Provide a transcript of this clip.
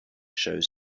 shows